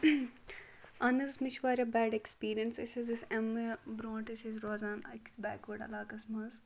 اَہن حظ مےٚ چھِ واریاہ بیڈ ایٚکٕسپیرینٕس أسۍ حظ ٲسۍ اَمہِ برونٹھ ٲسۍ أسۍ روزان أکِس بیک وٲڑ علاقس منٛز